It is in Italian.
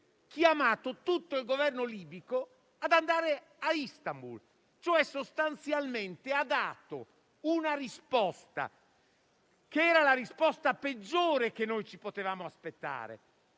chiamato tutto il Governo libico ad andare a Istanbul. Sostanzialmente ha dato una risposta che era la peggiore che ci potevamo aspettare,